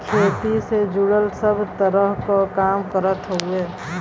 खेती से जुड़ल सब तरह क काम करत हउवे